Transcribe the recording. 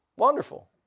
Wonderful